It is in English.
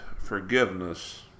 forgiveness